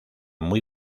muy